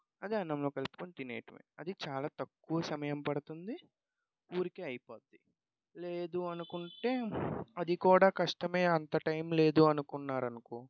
అది అన్నంలో కలుపుకోని తినేయటమే అది చాలా తక్కువ సమయం పడుతుంది ఊరికే అయిపోద్ది లేదు అనుకుంటే అది కూడా కష్టమే అంత టైం లేదు అనుకున్నారు అనుకో